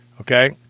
okay